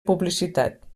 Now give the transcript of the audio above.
publicitat